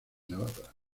navarra